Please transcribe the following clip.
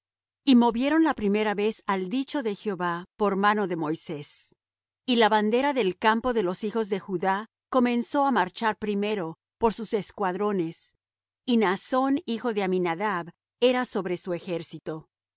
y movieron la primera vez al dicho de jehová por mano de moisés y la bandera del campo de los hijos de judá comenzó á marchar primero por sus escuadrones y naasón hijo de aminadab era sobre su ejército y